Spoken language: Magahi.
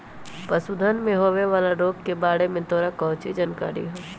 पशुअन में होवे वाला रोग के बारे में तोरा काउची जानकारी हाउ?